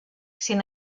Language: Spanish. sin